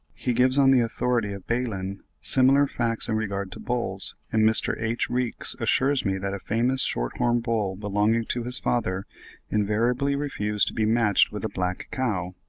he gives, on the authority of baelen, similar facts in regard to bulls and mr. h. reeks assures me that a famous short-horn bull belonging to his father invariably refused to be matched with a black cow.